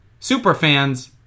superfans